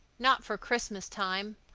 not for christmas-time.